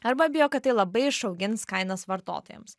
arba bijo kad tai labai išaugins kainas vartotojams